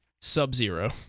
Sub-Zero